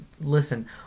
listen